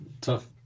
tough